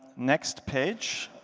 next page,